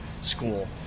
school